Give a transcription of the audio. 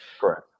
Correct